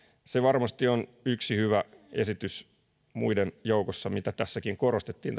se varmasti on yksi hyvä esitys muiden joukossa mitä tässä työryhmätyössäkin korostettiin